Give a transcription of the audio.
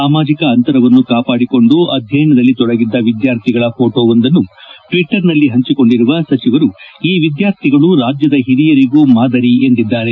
ಸಾಮಾಜಿಕ ಅಂತರವನ್ನು ಕಾಪಾಡಿಕೊಂಡು ಅಧ್ಯಯನದಲ್ಲಿ ತೊಡಗಿದ್ದ ವಿದ್ವಾರ್ಥಿಗಳ ಫೋಟೋವೊಂದನ್ನು ಟ್ವಿಟರ್ ನಲ್ಲಿ ಹಂಚಿಕೊಂಡಿರುವ ಸಚಿವರು ಈ ವಿದ್ವಾರ್ಥಿಗಳು ರಾಜ್ಯದ ಹಿರಿಯರಿಗೂ ಮಾದರಿ ಎಂದಿದ್ದಾರೆ